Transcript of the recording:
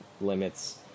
limits